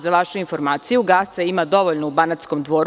Za vašu informaciju, gasa ima dovoljno u Banatskom Dvoru.